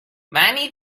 many